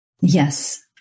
Yes